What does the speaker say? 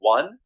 One